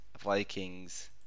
Vikings